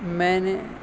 میں نے